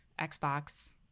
xbox